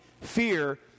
fear